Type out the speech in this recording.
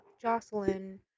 Jocelyn